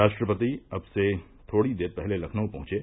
राष्ट्रपति अब से थोड़ी देर पहले लखनऊ पहंचे